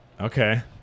Okay